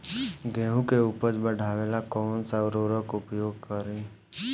गेहूँ के उपज बढ़ावेला कौन सा उर्वरक उपयोग करीं?